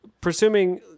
presuming